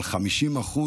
אבל 50%,